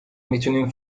میتونین